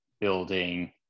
building